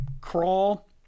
crawl